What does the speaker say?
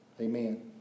Amen